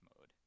mode